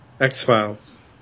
X-Files